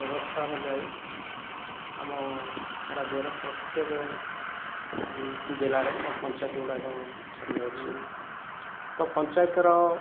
ବ୍ୟବସ୍ଥା ଅନୁଯାୟୀ ଆମ ରାଜ୍ୟରେ ପ୍ରତ୍ୟେକ ଜିଲ୍ଲାରେ ପଞ୍ଚାୟତ ଗୁଡ଼ିକ ରହିଅଛି ତ ପଞ୍ଚାୟତର